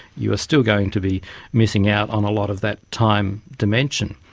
you are still going to be missing out on a lot of that time dimension.